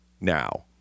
now